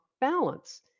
balance